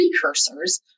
precursors